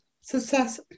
success